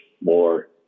more